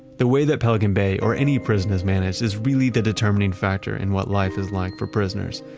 the way that pelican bay or any prison is managed is really the determining factor in what life is like for prisoners.